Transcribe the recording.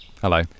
Hello